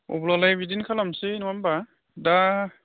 अब्लालाय बिदिनो खालामनोसै नङा होमब्ला दा